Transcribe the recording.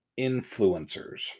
influencers